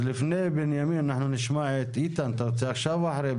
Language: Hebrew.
נשמע את בני ארביב,